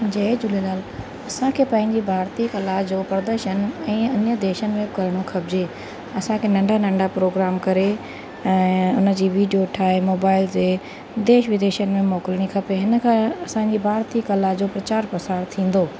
जय झूलेलाल असांखे पंहिंजी भारतीअ कला जो प्रदर्शन ऐं अन्य देशनि में करिणो खपिजे असांखे नंढा नंढा प्रोग्राम करे ऐं हुनजी वीडियो ठाहे मोबाइल जे देश विदेशनि में मोकिलिणी खपे हिनखां असांजी भारतीअ कला जो प्रचार प्रसार थींदो